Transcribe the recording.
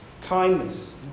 kindness